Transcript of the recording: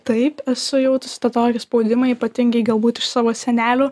taip esu jautusi tą tokį spaudimą ypatingai galbūt iš savo senelių